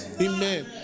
Amen